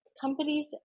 companies